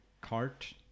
cart